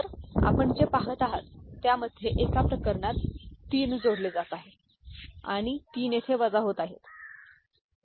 तर आपण जे पहात आहात त्यामध्ये एका प्रकरणात 3 जोडले जात आहे आणि 3 येथे वजा होत आहेत